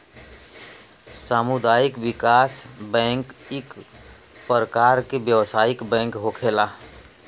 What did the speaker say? सामुदायिक विकास बैंक इक परकार के व्यवसायिक बैंक होखेला